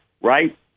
right